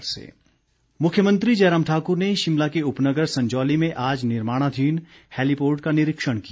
मुख्यमंत्री मुख्यमंत्री जयराम ठाकुर ने शिमला के उपनगर संजौली में आज निर्माणाधीन हैलीपोर्ट का निरीक्षण किया